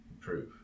improve